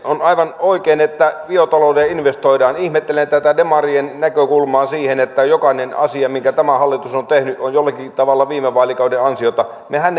on aivan oikein että biotalouteen investoidaan ihmettelen tätä demarien näkökulmaa siihen että jokainen asia minkä tämä hallitus on tehnyt on jollakin tavalla viime vaalikauden ansiota mehän